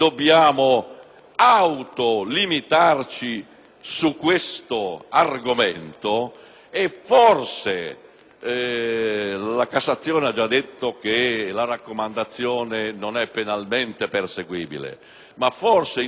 autolimitarci su questo argomento. La Cassazione ha già detto che la raccomandazione non è penalmente perseguibile, ma forse sarebbe